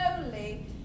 slowly